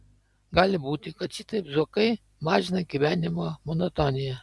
gali būti kad šitaip zuokai mažina gyvenimo monotoniją